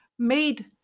Made